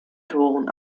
toren